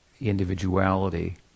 individuality